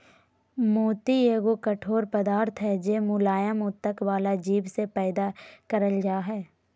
मोती एगो कठोर पदार्थ हय जे मुलायम उत्तक वला जीव से पैदा करल जा हय